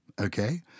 okay